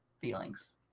feelings